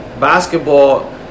basketball